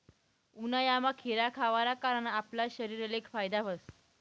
उन्हायामा खीरा खावाना कारण आपला शरीरले फायदा व्हस